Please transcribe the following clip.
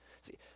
See